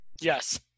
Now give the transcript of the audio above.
Yes